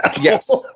yes